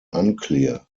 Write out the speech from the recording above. unclear